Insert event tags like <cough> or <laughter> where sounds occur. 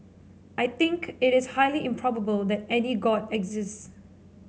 I think it is highly improbable that <unintelligible> god exists